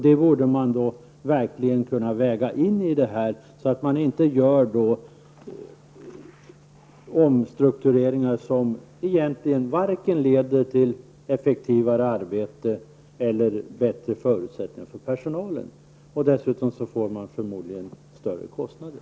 Det borde man verkligen kunna väga in så att man inte gör omstruktureringar som egentligen inte leder till vare sig effektivare arbete eller bättre förutsättningar för personalen. Dessutom får man förmodligen större kostnader.